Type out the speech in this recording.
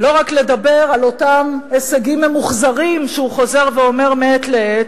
לא רק לדבר על אותם הישגים ממוחזרים שהוא חוזר ואומר מעת לעת,